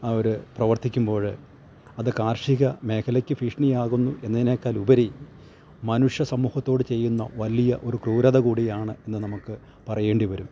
അവര് പ്രവർത്തിക്കുമ്പോഴ് അത് കാർഷിക മേഖലയ്ക്ക് ഭീക്ഷണി ആകുന്നു എന്നതിനേക്കാളുപരി മനുഷ്യ സമൂഹത്തോട് ചെയ്യുന്ന വലിയ ഒരു ക്രൂരത കൂടിയാണ് എന്ന് നമുക്ക് പറയേണ്ടി വരും